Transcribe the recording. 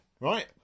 right